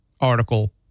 article